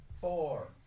four